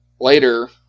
later